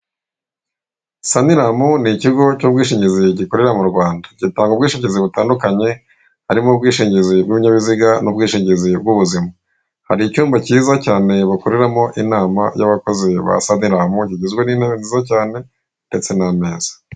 Sanlam n'ikogo cy'ubwishingizi gikorera mu Rwanda, gitanga ubwishingizi butandukanye harimo ubwishingizi bw'ibinyabiziga n'ubwishingizi bw'ubuzima. Hari icyumba cyiza cyane bakoreramo inama y'abakozi ba Sanlam kigizwe n'intebe nziza cyane ndetse n'ameza.